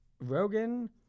Rogan